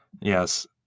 Yes